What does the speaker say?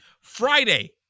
Friday